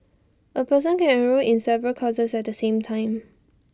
A person can enrol in several courses at the same time